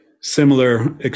similar